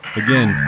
again